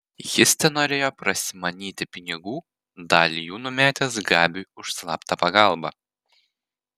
jis tenorėjo prasimanyti pinigų dalį jų numetęs gabiui už slaptą pagalbą